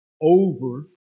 over